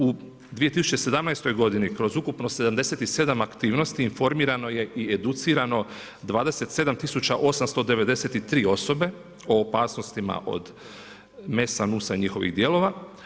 U 2017. godini kroz ukupno 77 aktivnosti informirano je i educirano 27.893 osobe o opasnosti od MES-a, NUS-a i njihovih dijelova.